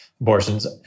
abortions